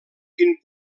quin